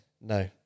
No